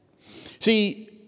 See